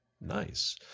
Nice